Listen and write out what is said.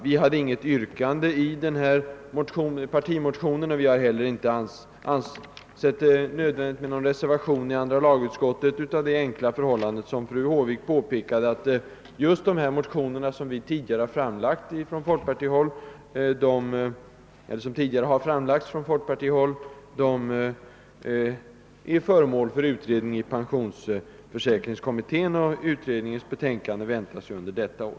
Vi ställde inget yrkande i partimotionen, och vi har inte heller ansett det nödvändigt med någon reservation i andra lagutskottet, av det enkla skäl som fru Håvik påpekade, nämligen att just de motioner som tidigare har framlagts från folkpartihåll är föremål för utredning i pensionsförsäkringskommittén. Utredningens betänkande väntas under detta år.